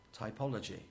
typology